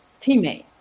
Teammate